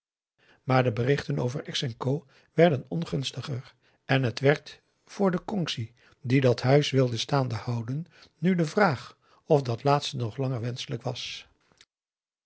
maar de berichten over ex en co werden ongunstiger en het werd voor de kongsi die dat huis wilde staande houden nu de vraag of dat laatste nog langer wenschelijk was